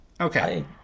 Okay